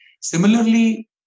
Similarly